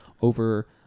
over